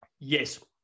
Yes